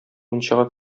мунчага